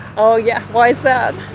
oh yeah? why is that?